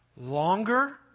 Longer